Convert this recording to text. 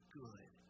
good